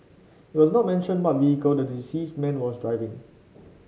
it was not mentioned what vehicle the deceased man was driving